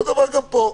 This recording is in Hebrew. אותו דבר גם פה.